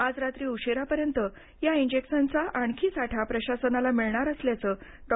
आज रात्री उशिरापर्यंत या इंजेक्शनचा आणखी साठा प्रशासनाला मिळणार असल्याचं डॉ